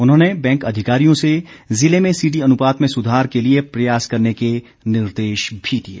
उन्होंने बैंक अधिकारियों से ज़िले में सीडी अनुपात में सुधार के लिए प्रयास करने के निर्देश भी दिए